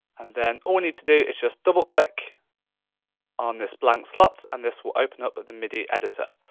and then all we need to do is just double click on this blank slot, and this will open up but the midi editor.